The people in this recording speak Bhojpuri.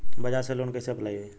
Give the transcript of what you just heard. बजाज से लोन कईसे अप्लाई होई?